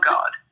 God